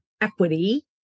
equity